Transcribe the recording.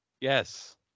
Yes